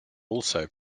also